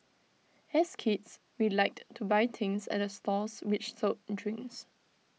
as kids we liked to buy things at the stalls which sold drinks